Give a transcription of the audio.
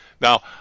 Now